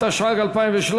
התשע"ג 2013,